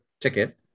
ticket